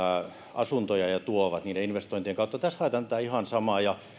asuntoja investointien kautta tässä haetaan tätä ihan samaa